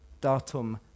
Datum